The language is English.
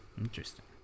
Interesting